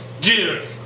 Dude